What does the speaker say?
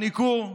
הניכור,